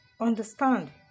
understand